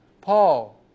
Paul